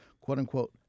quote-unquote